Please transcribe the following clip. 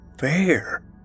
fair